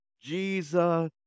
Jesus